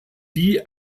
die